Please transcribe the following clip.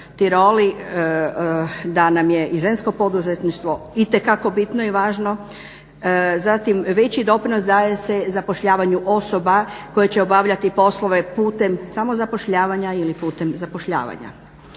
Tireli da nam je i žensko poduzetništvo itekako bitno i važno. Zatim veći doprinos daje se zapošljavanju osoba koje će obavljati poslove putem samozapošljavanja ili putem zapošljavanja.